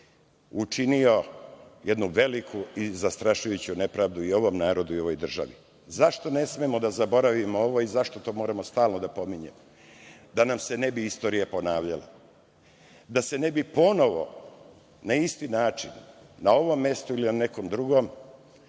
učinio jednu veliku i zastrašujuću nepravdu i ovom narodu i ovoj državi.Zašto ne smemo da zaboravimo ovo i zašto to moramo stalno da pominjemo? Da nam se ne bi istorija ponavljala, da se ne bi ponovo na isti način na ovom mestu ili na nekom drugom